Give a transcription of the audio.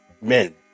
men